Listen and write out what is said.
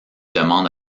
demande